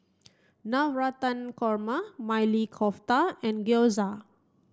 Navratan Korma Maili Kofta and Gyoza